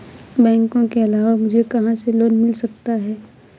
बैंकों के अलावा मुझे कहां से लोंन मिल सकता है?